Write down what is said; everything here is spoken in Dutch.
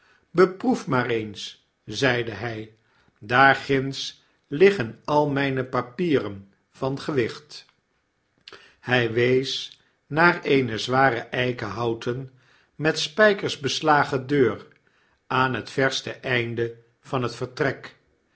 beproef maar eens zeide hy daarginds liggen al myne papieren van gewicht hij wees naar eene zware eikenhouten met spykers beslagen deur aan het verste einde van het vertrek